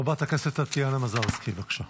חברת הכנסת טטיאנה מזרסקי, בבקשה.